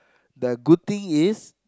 the good thing is